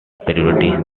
priority